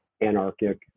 anarchic